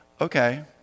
okay